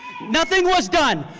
nothing was done,